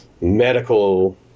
medical